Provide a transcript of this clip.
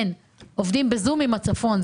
עובדים בזום עם הצפון.